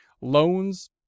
loans